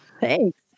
Thanks